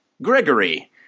Gregory